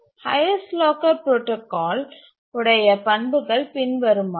highest locker protocol உடைய பண்புகள் பின்வருமாறு